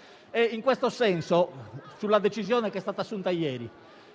di consiglio sulla decisione assunta ieri.